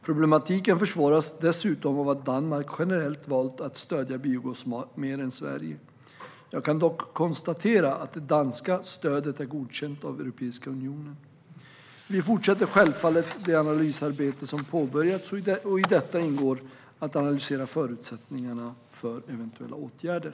Problematiken försvåras dessutom av att Danmark generellt valt att stödja biogas mer än Sverige. Jag kan dock konstatera att det danska stödet är godkänt av Europeiska unionen. Vi fortsätter självfallet det analysarbete som påbörjats, och i detta ingår att analysera förutsättningarna för eventuella åtgärder.